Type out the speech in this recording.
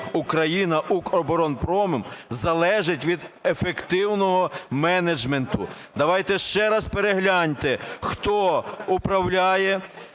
Україна "Укроборонпромом" залежить від ефективного менеджменту. Давайте ще раз перегляньте, хто управляє,